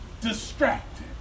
distracted